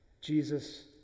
Jesus